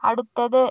അടുത്തത്